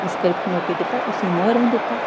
इस करी फिर में ओह् केह् कीता कि उसी उ'आं गै रौह्न दित्ता